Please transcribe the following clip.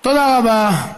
תודה רבה.